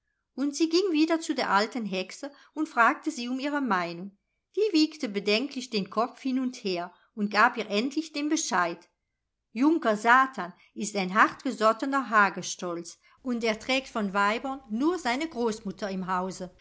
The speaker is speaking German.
und sie ging wieder zu der alten hexe und fragte sie um ihre meinung die wiegte bedenklich den kopf hin und her und gab ihr endlich den bescheid junker satan ist ein hartgesottener hagestolz und erträgt von weibern nur seine großmutter im hause